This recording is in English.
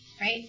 Right